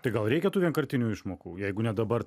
tai gal reikia tų vienkartinių išmokų jeigu ne dabar